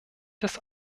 des